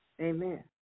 Amen